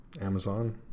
Amazon